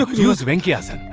use venky aasan.